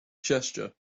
gesture